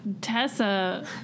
Tessa